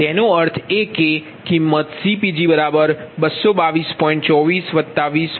તેનો અર્થ એ કેકિંમત CPg222